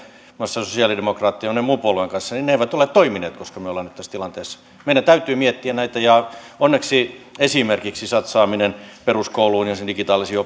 muun muassa sosialidemokraattien ja monen muun puolueen kanssa eivät ole toimineet koska me olemme nyt tässä tilanteessa meidän täytyy miettiä näitä ja onneksi esimerkiksi satsaaminen peruskouluun ja sen digitaalisiin